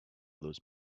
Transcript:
those